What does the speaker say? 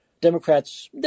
Democrats